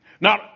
Now